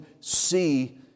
see